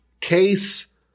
case